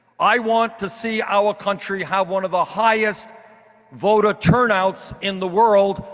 i want to see our country have one of the highest voter turnouts in the world.